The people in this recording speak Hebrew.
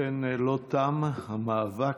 אכן, לא תם המאבק.